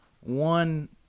one